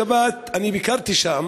בשבת ביקרתי שם,